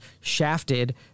shafted